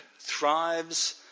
thrives